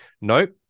nope